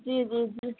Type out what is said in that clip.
जी जी जी